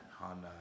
on